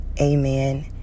amen